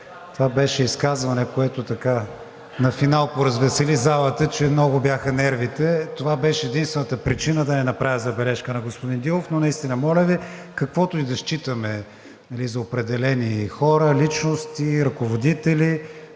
това беше изказване, което така на финал поразвесели залата, че много бяха нервите. Това беше единствената причина да не направя забележка на господин Дилов, но наистина, моля Ви, каквото и да считаме за определени хора, личности, ръководители